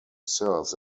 serves